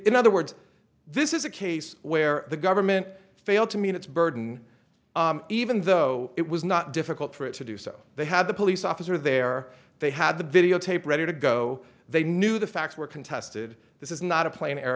in other words this is a case where the government failed to meet its burden even though it was not difficult for it to do so they had the police officer there they had the videotape ready to go they knew the facts were contested this is not a pla